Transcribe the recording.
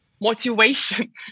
motivation